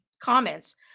comments